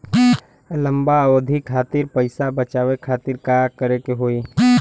लंबा अवधि खातिर पैसा बचावे खातिर का करे के होयी?